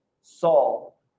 Saul